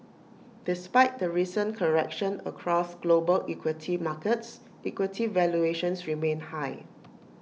despite the recent correction across global equity markets equity valuations remain high